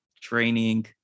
training